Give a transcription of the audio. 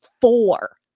four